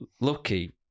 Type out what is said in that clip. lucky